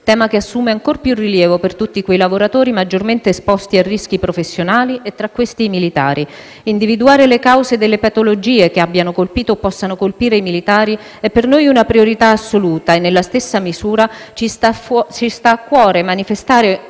tema che assume ancor più rilievo per tutti quei lavoratori maggiormente esposti a rischi professionali e, tra questi, i militari. Individuare le cause delle patologie che abbiano colpito o possano colpire i militari è per noi una priorità assoluta e, nella stessa misura, ci sta a cuore manifestare